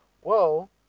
whoa